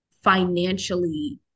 financially